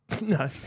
no